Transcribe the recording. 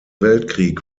weltkrieg